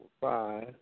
five